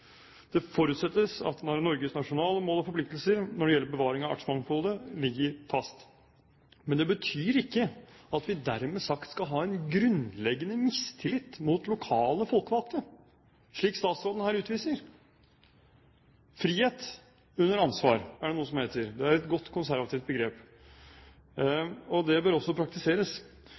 forutsettes at Norges nasjonale mål og forpliktelser når det gjelder bevaring av artsmangfoldet, ligger fast.» Men det betyr ikke at vi dermed sagt skal ha en grunnleggende mistillit mot lokalt folkevalgte, slik statsråden her utviser. Frihet under ansvar, er det noe som heter. Det er et godt konservativt begrep, og det bør også praktiseres.